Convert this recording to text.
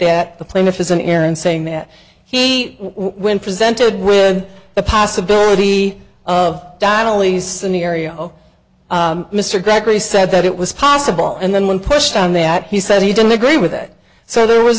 that the plaintiff is an error in saying that he when presented with the possibility of donnelly scenario mr gregory said that it was possible and then when pushed on that he said he didn't agree with it so there was